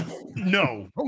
no